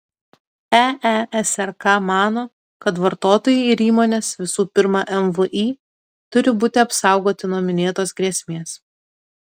eesrk mano kad vartotojai ir įmonės visų pirma mvį turi būti apsaugoti nuo minėtos grėsmės